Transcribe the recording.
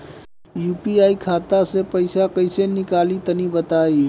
UPI खाता से पइसा कइसे निकली तनि बताई?